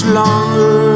longer